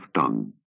tongue